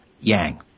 Yang